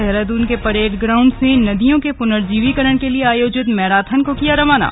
देहरादून के parade ground से नदियों के पुनर्जीविकरण के लिए आयोजित मैराथन को किया रवाना